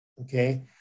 okay